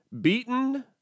Beaten